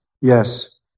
Yes